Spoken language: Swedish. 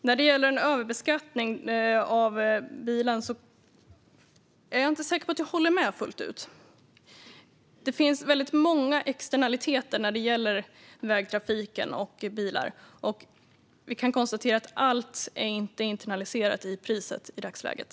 När det gäller överbeskattning av bilen är jag inte säker på att jag håller med fullt ut. Det finns väldigt många externaliteter när det gäller vägtrafiken och bilar. Vi kan konstatera att allt inte är internaliserat i priset i dagsläget.